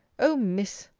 o miss!